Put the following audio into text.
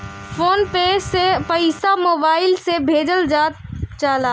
phone पे से पईसा mobile से भेजल जाला